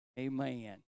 Amen